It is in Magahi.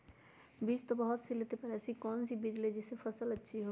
बीज तो बहुत सी लेते हैं पर ऐसी कौन सी बिज जिससे फसल अच्छी होगी?